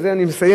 ובזה אני מסיים,